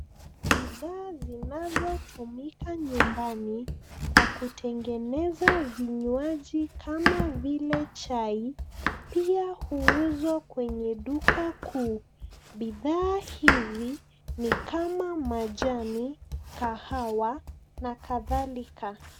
Bidhaa zinazotumika nyumbani kwa kutengeneza vinywaji kama vile chai pia huuzwa kwenye duka kuu. Bidhaa hivi ni kama majani, kahawa na kadhalika.